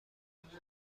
امروزی